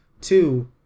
Two